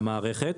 מהמערכת.